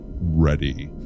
ready